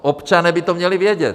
Občané by to měli vědět.